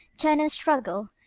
turn and struggle?